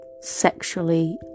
sexually